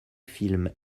films